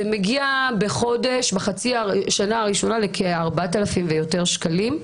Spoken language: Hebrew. זה מגיע בחודש בחצי השנה הראשונה לכ-4,000 ויותר שקלים.